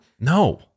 No